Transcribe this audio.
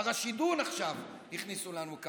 את הראשידון עכשיו הכניסו לנו כאן.